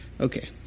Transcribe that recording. Okay